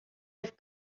have